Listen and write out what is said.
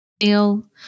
feel